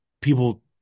people